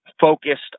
focused